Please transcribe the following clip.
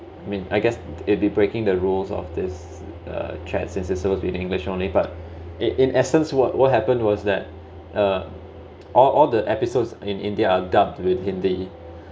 I mean I guess it'd be breaking the rules of this uh chat with english only but in essence what what happened was that uh all all the episodes in india are dubbed with hindi